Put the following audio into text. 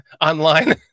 online